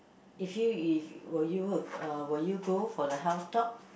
if you if will you uh will you go for the health talk